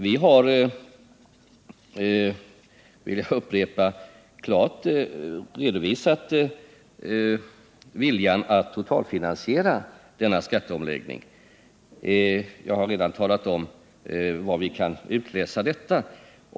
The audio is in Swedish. Vi har — jag vill upprepa det — klart redovisat viljan att totalfinansiera den föreslagna skatteomläggningen. Jag har redan redovisat var vi kan utläsa detta.